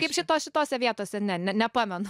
kaip šitos šitose vietose ne ne nepamenu